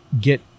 get